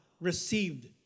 received